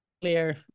clear